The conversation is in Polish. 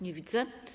Nie widzę.